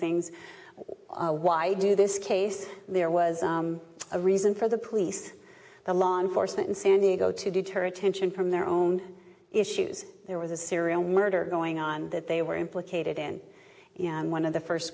things why do this case there was a reason for the police the law enforcement in san diego to deter attention from their own issues there was a serial murder going on that they were implicated in and one of the first